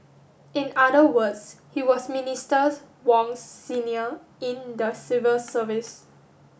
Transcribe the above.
in other words he was Ministers Wong's senior in the civil service